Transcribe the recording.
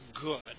good